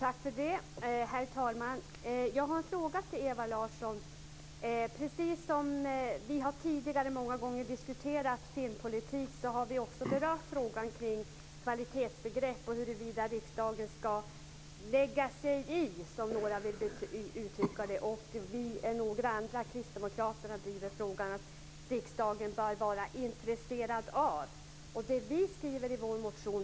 Herr talman! Jag har en fråga till Ewa Larsson. Många gånger när vi tidigare har diskuterat filmpolitik har vi också berört frågan om kvalitetsbegrepp och huruvida riksdagen ska lägga sig i, som några vill uttrycka det. Kristdemokraterna driver frågan att riksdagen bör vara intresserad av detta.